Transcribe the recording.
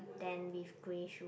then with grey shoe